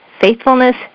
faithfulness